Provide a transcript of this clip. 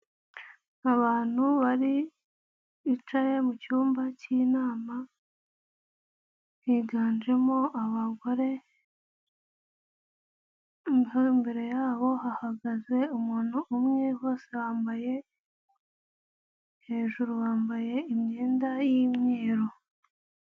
Abantu bari bicaye mu cyumba cy'inama, higanjemo abagore. Imbere yabo hahagaze umuntu umwe, bose bambaye hejuru bambaye imyenda y'imyeru.